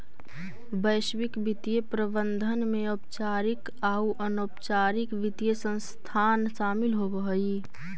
वैश्विक वित्तीय प्रबंधन में औपचारिक आउ अनौपचारिक वित्तीय संस्थान शामिल होवऽ हई